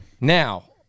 Now